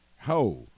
Ho